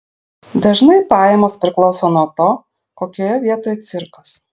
dažnai pajamos priklauso nuo to kokioje vietoj cirkas